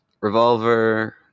Revolver